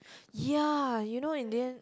ya you know in the end